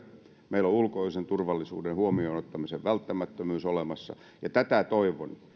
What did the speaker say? meillä on ulkoisen turvallisuuden huomioonottamisen välttämättömyys olemassa ja toivon